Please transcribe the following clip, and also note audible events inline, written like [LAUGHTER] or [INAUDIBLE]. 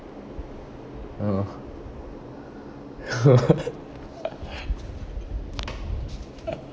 oh [LAUGHS]